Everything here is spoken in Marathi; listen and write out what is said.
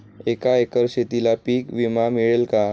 एका एकर शेतीला पीक विमा मिळेल का?